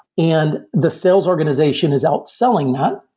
and the sales organization is outselling that.